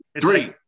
Three